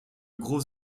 gros